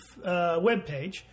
webpage